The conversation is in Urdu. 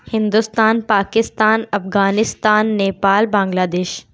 ہندوستان پاکستان افگانستان نیپال بنگلہ دیش